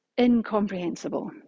incomprehensible